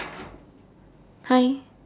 hi